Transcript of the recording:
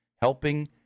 helping